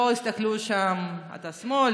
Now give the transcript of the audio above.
לא הסתכלו שם אם אתה שמאל,